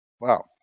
Wow